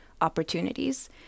opportunities